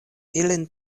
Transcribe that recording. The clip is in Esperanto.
ilin